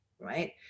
Right